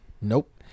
Nope